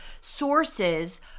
sources